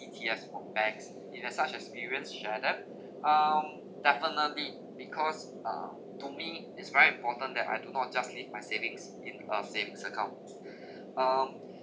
E_T_S from banks it has such as experienced shar~ um definitely because uh to me it's very important that I do not just leave my savings in a savings account um